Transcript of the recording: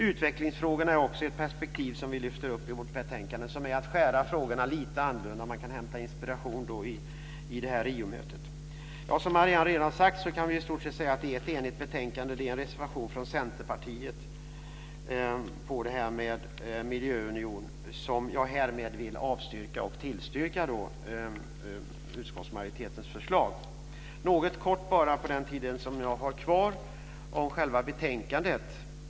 Utvecklingsfrågorna är också ett perspektiv som vi lyfter upp i vårt betänkande. Det är att skära frågorna lite annorlunda. Man kan hämta inspiration i Riomötet. Som Marianne Andersson redan har sagt är det i stort sett ett enigt betänkande. Det finns en reservation från Centerpartiet om miljöunion, som jag härmed vill avstyrka. Jag tillstyrker därmed utskottsmajoritetens förslag. Jag vill på den talartid jag har kvar bara något kort beröra själva betänkandet.